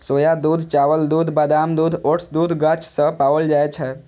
सोया दूध, चावल दूध, बादाम दूध, ओट्स दूध गाछ सं पाओल जाए छै